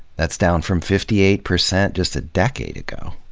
that's down from fifty eight percent just a decade ago.